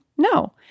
No